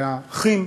והאחים,